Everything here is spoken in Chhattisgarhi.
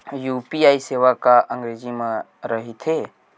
यू.पी.आई सेवा का अंग्रेजी मा रहीथे?